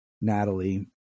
Natalie